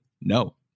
No